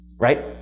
right